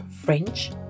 French